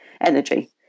energy